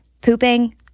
Pooping